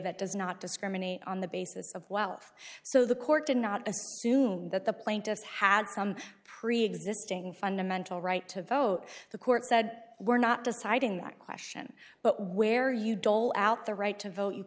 that does not discriminate on the basis of wealth so the court did not that the plaintiff had some preexisting fundamental right to vote the court said we're not deciding that question but where you dolt out the right to vote you